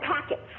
packets